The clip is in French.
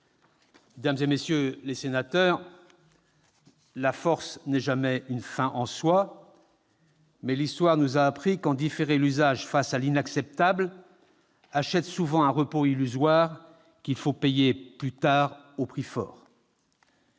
Mesdames, messieurs les sénateurs, la force n'est jamais une fin en soi, mais l'Histoire nous a appris qu'en différer l'usage face à l'inacceptable achète souvent un repos illusoire, qu'il faut payer plus tard au prix fort.